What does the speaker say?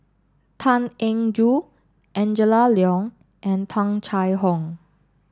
Tan Eng Joo Angela Liong and Tung Chye Hong